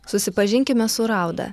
susipažinkime su rauda